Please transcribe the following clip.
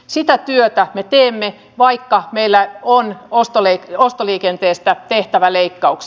sitä työtä me teemme paikka meillä on ostolle ja ostoliikenteestä tehtävä leikkaus